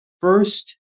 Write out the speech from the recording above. first